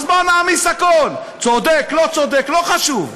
אז בואו נעמיס הכול, צודק, לא צודק, לא חשוב.